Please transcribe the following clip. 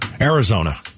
Arizona